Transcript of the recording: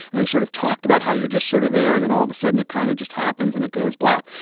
and they sort of talked about how you just sort of there. and then all of a sudden it kind of just happens and it goes black.